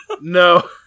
No